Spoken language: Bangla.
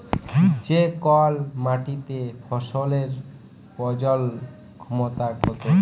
যে কল মাটিতে ফসলের প্রজলল ক্ষমতা কত